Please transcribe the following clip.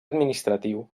administratiu